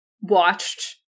watched